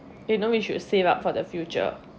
you know you should save up for the future